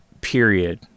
period